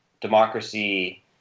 democracy